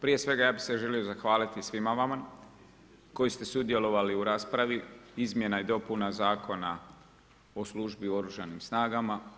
Prije svega ja bih se želio zahvaliti svima vama koji ste sudjelovali u raspravi Izmjena i dopuna Zakona o službi u Oružanim snagama.